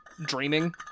dreaming